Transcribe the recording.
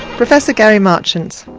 professor gary marchant.